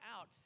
out